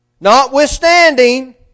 Notwithstanding